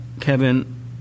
Kevin